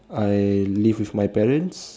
I live with my parents